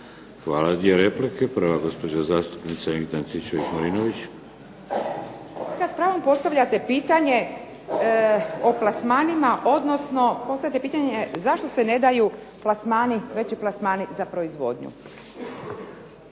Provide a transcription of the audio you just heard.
Hvala. Dvije replike. Prva je gospođa zastupnica Ingrid Antičević-Marinović. **Antičević Marinović, Ingrid (SDP)** S pravom postavljate pitanje o plasmanima, odnosno postavljate pitanje zašto se ne daju veći plasmani za proizvodnju.